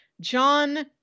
John